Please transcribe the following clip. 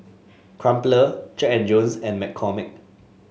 Crumpler Jack And Jones and McCormick